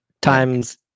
times